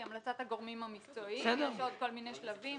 היא המלצת הגורמים המקצועיים ויש עוד כל מיני שלבים,